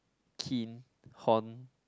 keen horn